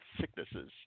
sicknesses